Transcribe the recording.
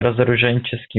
разоруженческий